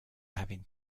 having